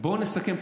בואו נסכם,